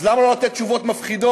אז למה לא לתת תשובות מפחידות,